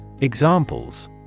Examples